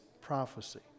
prophecy